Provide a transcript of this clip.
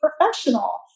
professional